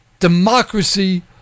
democracy